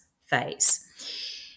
phase